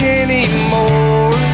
anymore